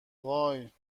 وای